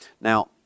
Now